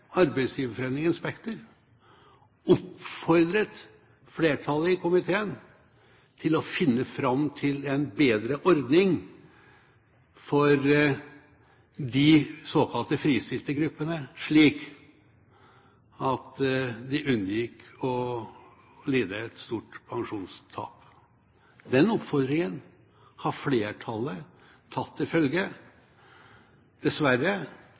Spekter, oppfordret flertallet i komiteen til å finne fram til en bedre ordning for de såkalte fristilte gruppene slik at de unngikk å lide et stort pensjonstap. Den oppfordringen har flertallet tatt til følge, dessverre